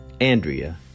Andrea